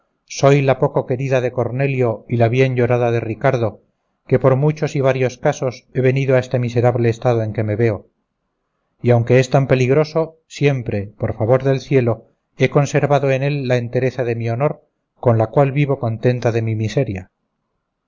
soy la poco querida de cornelio y la bien llorada de ricardo que por muy muchos y varios casos he venido a este miserable estado en que me veo y aunque es tan peligroso siempre por favor del cielo he conservado en él la entereza de mi honor con la cual vivo contenta en mi miseria